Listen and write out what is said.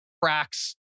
cracks